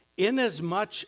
Inasmuch